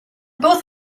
both